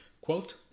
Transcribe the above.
Quote